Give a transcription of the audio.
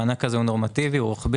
המענק הזה הוא נורמטיבי ורוחבי,